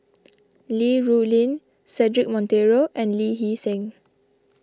Li Rulin Cedric Monteiro and Lee Hee Seng